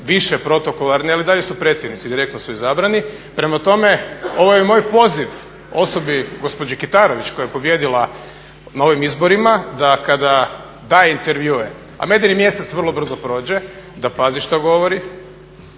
protokolarni ali i dalje su predsjednici direktno su izabrani. Prema tome ovo je moj poziv osobi gospođi Kitarović koja je pobijedila na ovim izborima da kada daje intervjue, a medeni mjesec vrlo brzo prođe, da pazi što govori,